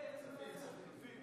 כספים.